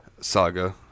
saga